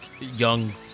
young